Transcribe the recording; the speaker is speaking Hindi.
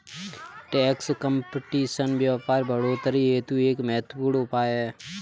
टैक्स कंपटीशन व्यापार बढ़ोतरी हेतु एक महत्वपूर्ण उपाय है